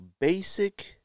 basic